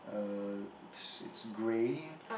uh it's grey